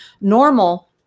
normal